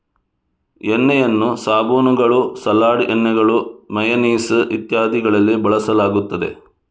ಎಣ್ಣೆಯನ್ನು ಸಾಬೂನುಗಳು, ಸಲಾಡ್ ಎಣ್ಣೆಗಳು, ಮೇಯನೇಸ್ ಇತ್ಯಾದಿಗಳಲ್ಲಿ ಬಳಸಲಾಗುತ್ತದೆ